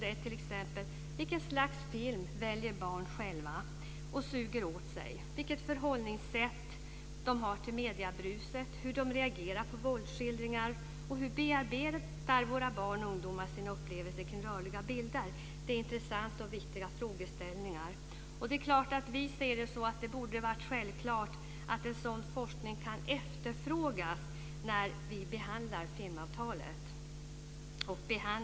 Det gäller t.ex.: Vilket slags film väljer barn själva och suger åt sig? Vilket förhållningssätt har de till mediebruset? Hur reagerar de på våldsskildringar? Hur bearbetar våra barn och ungdomar sina upplevelser av rörliga bilder? Det är intressanta och viktiga frågeställningar. Det borde ha varit självklart att en sådan forskning kunnat efterfrågas när vi behandlade filmavtalet.